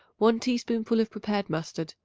one teaspoonful of prepared mustard,